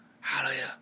Hallelujah